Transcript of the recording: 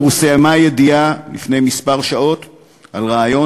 פורסמה ידיעה לפני כמה שעות על רעיון